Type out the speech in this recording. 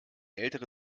ältere